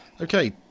Okay